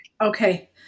Okay